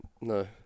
no